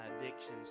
addictions